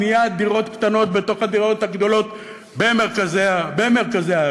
בניית דירות קטנות בתוך הדירות הגדולות במרכזי הערים,